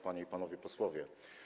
Panie i Panowie Posłowie!